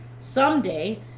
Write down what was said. Someday